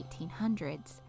1800s